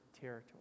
territory